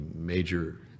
major